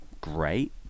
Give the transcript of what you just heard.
Great